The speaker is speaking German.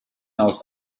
aus